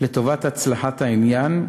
לטובת הצלחת העניין,